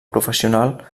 professional